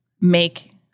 make